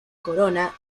corona